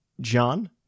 John